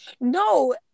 No